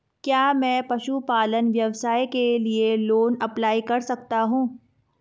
क्या मैं पशुपालन व्यवसाय के लिए लोंन अप्लाई कर सकता हूं?